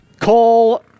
call